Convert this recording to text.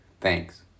Thanks